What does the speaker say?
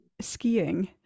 skiing